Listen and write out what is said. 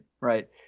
right